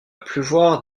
pleuvoir